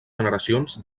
generacions